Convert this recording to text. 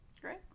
Great